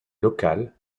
local